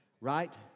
right